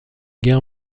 guerre